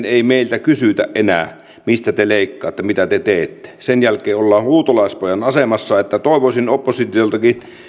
ei kysytä enää mistä te leikkaatte mitä te teette sen jälkeen ollaan huutolaispojan asemassa joten toivoisin oppositioltakin